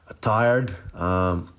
tired